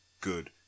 good